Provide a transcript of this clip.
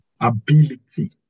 ability